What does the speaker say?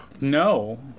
No